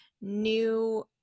new